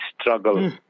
struggle